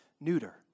neuter